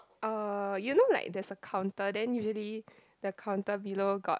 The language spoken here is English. uh you know like there's a counter then usually the counter below got